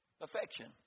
affection